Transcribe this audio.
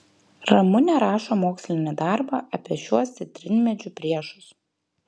ramunė rašo mokslinį darbą apie šiuos citrinmedžių priešus